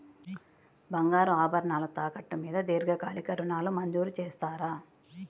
బంగారు ఆభరణాలు తాకట్టు మీద దీర్ఘకాలిక ఋణాలు మంజూరు చేస్తారా?